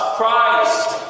Christ